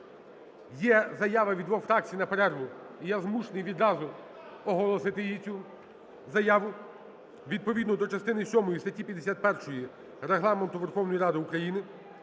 є заява від двох фракцій на перерву і я змушений відразу оголосити її, цю заяву. Відповідно до частини сьомої статті 51 Регламенту Верховної Ради України